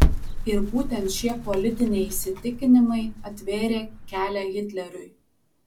ir būtent šie politiniai įsitikinimai atvėrė kelią hitleriui